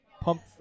pump